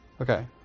Okay